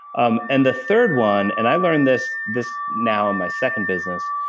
um and the third one, and i learned this this now in my second business,